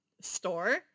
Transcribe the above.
store